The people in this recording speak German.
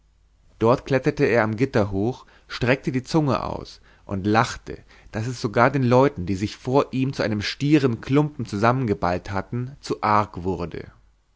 dort kletterte er am gitter hoch streckte die zunge aus und lachte daß es sogar den leuten die sich vor ihm zu einem stieren klumpen zusammengeballt hatten zu arg wurde